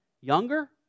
younger